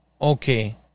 okay